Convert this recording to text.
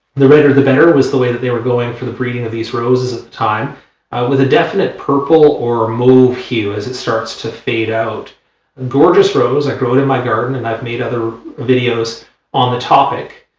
the redder the better was the way that they were going for the breeding of these roses at the time with a definite purple or mauve hue as it starts to fade out gorgeous rose i grow it in my garden and i've made other videos on the topic